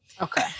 Okay